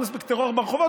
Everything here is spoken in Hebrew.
אין מספיק טרור ברחובות,